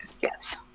Yes